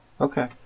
Okay